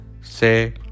Say